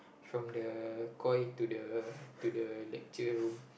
from the koi to the to the lecture room